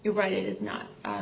you're right it is not